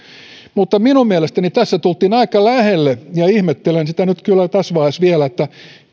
minun mielestäni tässä tultiin aika lähelle ja ihmettelen sitä kyllä tässä vaiheessa vielä että